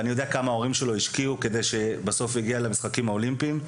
ואני יודע כמה ההורים שלו השקיעו כדי שבסוף יגיע למשחקים האולימפיים.